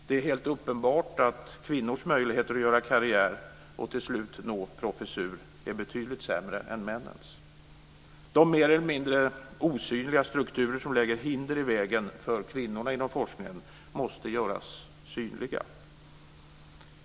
Det är helt uppenbart att kvinnornas möjlighet att göra karriär och till slut nå professur är betydligt sämre än männens. De mer eller mindre osynliga strukturer som lägger hinder i vägen för kvinnorna inom forskningen måste göras synliga.